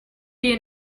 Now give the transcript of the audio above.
you